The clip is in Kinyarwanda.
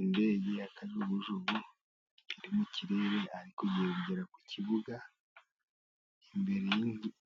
Indege ya kajugujugu iri mu kirere ariko igiye kugera ku kibuga, imbere